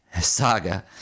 saga